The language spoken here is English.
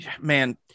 man